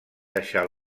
deixar